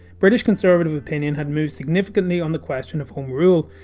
british conservative opinion had moved significantly on the question of home rule.